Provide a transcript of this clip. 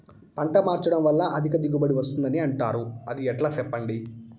పంట మార్చడం వల్ల అధిక దిగుబడి వస్తుందని అంటారు అది ఎట్లా సెప్పండి